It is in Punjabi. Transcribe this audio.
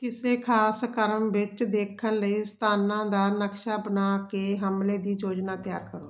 ਕਿਸੇ ਖ਼ਾਸ ਕ੍ਰਮ ਵਿੱਚ ਦੇਖਣ ਲਈ ਸਥਾਨਾਂ ਦਾ ਨਕਸ਼ਾ ਬਣਾ ਕੇ ਹਮਲੇ ਦੀ ਯੋਜਨਾ ਤਿਆਰ ਕਰੋ